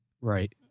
Right